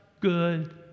good